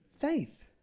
Faith